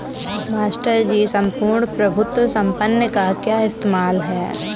Master ji सम्पूर्ण प्रभुत्व संपन्न का क्या इस्तेमाल है?